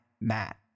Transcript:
Matt